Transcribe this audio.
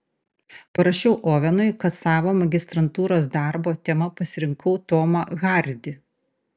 parašiau ovenui kad savo magistrantūros darbo tema pasirinkau tomą hardį